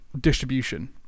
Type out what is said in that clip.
distribution